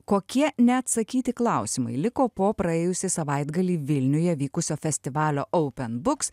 kokie neatsakyti klausimai liko po praėjusį savaitgalį vilniuje vykusio festivalio oupen buks